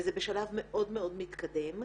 וזה בשלב מאוד מאוד מתקדם.